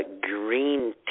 green